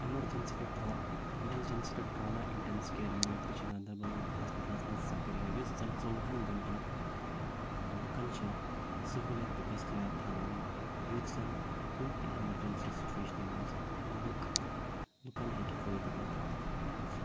emergency تہٕ ٹرٛا emergency تہٕ ٹُرٛاما اِنٹٮ۪نس کیر یوٗنِٹ تہِ چھِ گانٛدربَل ہوسپِٹَلَس منٛز سۄ کرے یُس زَن ژوٚوُہَن گَنٛٹَن لُکَن چھِ سَہوٗلِیَت دٕستِیاب تھاوان یُتھ زَن کُنہِ تہِ ایمَرجٮ۪نسی سُچویشنہِ منٛز لُک لُکَن ہیٚکہِ فٲیِدٕ واٲتِتھ